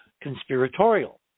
conspiratorial